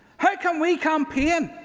how can we campaign?